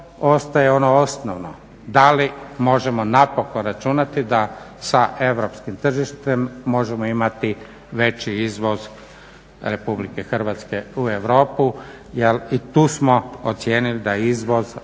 ostaje ono osnovno da li možemo napokon računati da sa europskim tržištem možemo imati veći izvoz RH u Europu jer i tu smo ocijenili da je izvoz